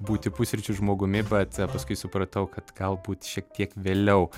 būti pusryčių žmogumi bet paskui supratau kad galbūt šiek tiek vėliau